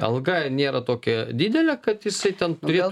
alga nėra tokia didelė kad jisai ten todėl